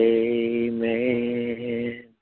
amen